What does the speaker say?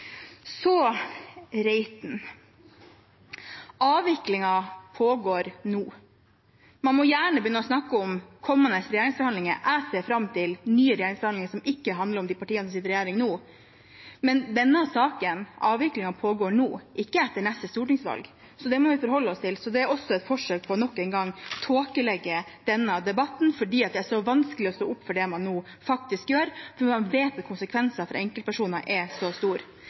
Så til Reiten: Avviklingen pågår nå. Man må gjerne begynne å snakke om kommende regjeringsforhandlinger – jeg ser fram til nye regjeringsforhandlinger, som ikke handler om de partiene som sitter i regjering nå – men avviklingen pågår nå, ikke etter neste stortingsvalg, og det må vi forholde oss til. Så det er et forsøk på nok en gang å tåkelegge denne debatten – fordi det er så vanskelig å stå opp for det man nå faktisk gjør, fordi man vet at konsekvensene for enkeltpersoner er så